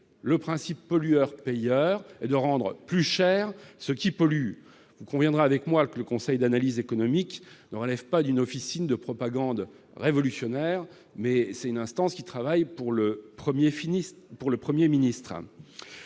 le principe pollueur-payeur, en rendant plus cher ce qui pollue. Vous conviendrez avec moi que ce conseil ne relève pas d'une officine de propagande révolutionnaire, puisque c'est une instance qui travaille pour le Premier ministre.